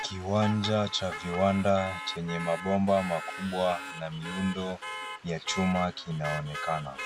Kiwanja cha viwanda chenye mabomba makubwa na miundo ya chuma kinaonekana.